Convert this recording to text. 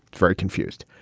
very confused.